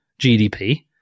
GDP